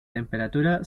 temperatura